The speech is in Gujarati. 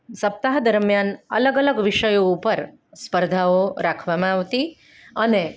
સપ્તાહ દરમિયાન અલગ અલગ વિષયો ઉપર સ્પર્ધાઓ રાખવામાં આવતી અને